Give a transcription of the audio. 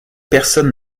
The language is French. personne